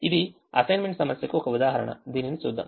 ఇది అసైన్మెంట్ సమస్యకు ఒక ఉదాహరణ దీనిని చూద్దాం